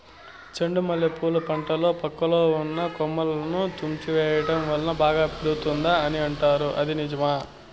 చెండు మల్లె పూల పంటలో పక్కలో ఉన్న కొమ్మలని తుంచి వేయటం వలన బాగా పెరుగుతాయి అని అంటారు ఇది నిజమా?